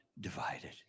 Divided